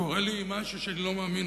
קורה לי משהו שאני לא מאמין,